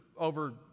over